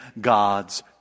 God's